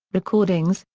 recordings,